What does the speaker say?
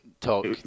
talk